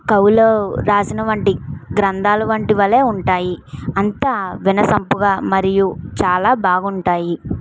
కవులు రాసిన వంటి గ్రంథాల వంటి వలె ఉంటాయి అంతా వినసంపుగా మరియు చాలా బాగుంటాయి